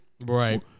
Right